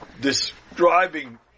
describing